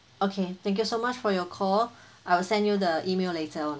okay thank you so much for your call I will send you the email later on